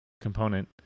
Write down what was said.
component